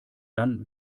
dann